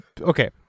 Okay